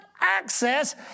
access